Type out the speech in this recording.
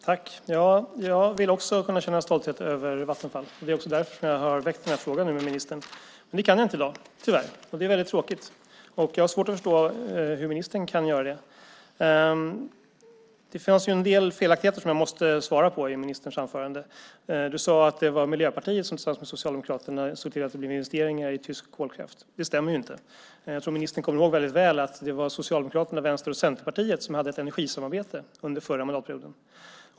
Fru talman! Jag vill också kunna känna stolthet över Vattenfall. Det är också därför som jag har väckt den här interpellationen. Men tyvärr kan jag inte känna stolthet i dag. Det är väldigt tråkigt. Jag har svårt att förstå hur ministern kan göra det. Det fanns en del felaktigheter i ministerns anförande som jag måste ta upp. Ministern sade att det var Miljöpartiet som tillsammans med Socialdemokraterna såg till att det blev investeringar i tysk kolkraft. Det stämmer inte. Jag tror att ministern kommer ihåg väldigt väl att det var Socialdemokraterna, Vänstern och Centerpartiet som hade ett energisamarbete under den förra mandatperioden.